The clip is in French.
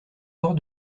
hors